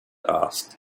asked